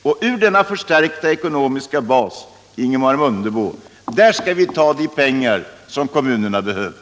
Och ur denna förstärkta ckonomiska bas, Ingemar Mundebo, skall vi ta de pengar som kommunerna behöver!